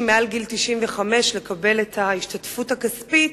מעל גיל 95 לקבל את ההשתתפות הכספית,